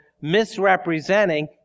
misrepresenting